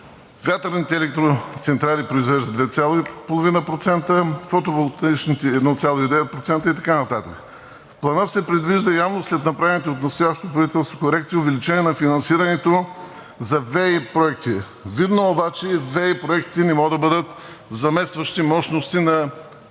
вятърните електроцентрали произвеждат 2,5%, фотоволтаичните – 1,9% и така нататък. В Плана се предвижда, явно след направените от настоящото правителство корекции, увеличение на финансирането за ВЕИ проектите. Видно обаче е, че ВЕИ проектите не могат да бъдат заместващи мощности на